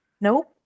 Nope